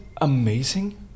amazing